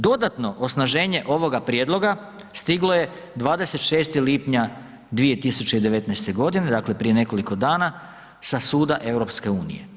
Dodatno osnaženje ovoga prijedloga stiglo je 26. lipnja 2019.g., dakle, prije nekoliko dana sa suda EU.